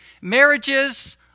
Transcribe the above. marriages